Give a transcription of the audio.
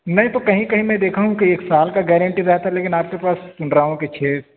نہیں تو کہیں کہیں میں دیکھا ہوں کہ ایک سال کا گارنٹی رہتا ہے لیکن آپ کے پاس سن رہا ہوں کہ چھ